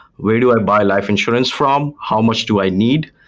where do i buy life insurance from? how much do i need?